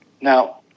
Now